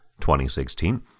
2016